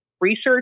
Research